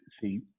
see